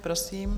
Prosím.